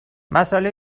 مساله